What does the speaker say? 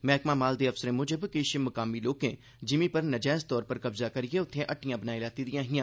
मैहकमा माल दे अफसरें म्जब किश मकामी लोकें जिमी पर नजैज तौरा पर कब्जा करियै उत्थैं हट्टियां बनाई लैती दियां हियां